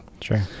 sure